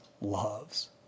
loves